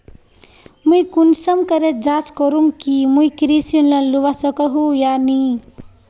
मुई कुंसम करे जाँच करूम की मुई कृषि लोन लुबा सकोहो ही या नी?